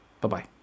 Bye-bye